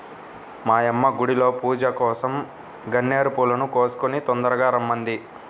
మా యమ్మ గుడిలో పూజకోసరం గన్నేరు పూలను కోసుకొని తొందరగా రమ్మంది